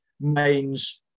main's